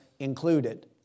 Included